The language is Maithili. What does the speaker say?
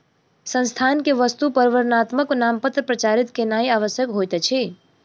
संस्थान के वस्तु पर वर्णात्मक नामपत्र प्रचारित केनाई आवश्यक होइत अछि